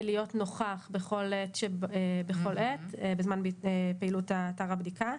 להיות נוכח בכל עת בזמן פעילות אתר הבדיקה.